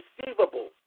receivable